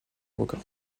records